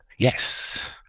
Yes